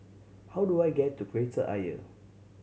how do I get to Kreta Ayer